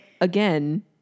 again